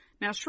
Now